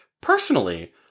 Personally